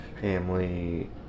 family